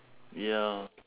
ya